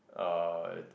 uh